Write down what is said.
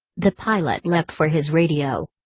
the pilot leapt for his radio.